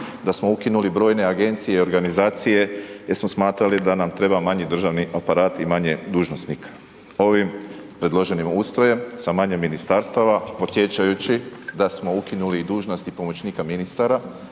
da smo ukinuli brojne agencije i organizacije jer smo smatrali da nam treba manji državni aparat i manje dužnosnika. Ovim predloženim ustrojem sa manje ministarstva podsjećajući da smo ukinuli i dužnosti pomoćnika ministara,